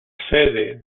sede